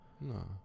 No